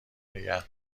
نگه